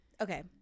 okay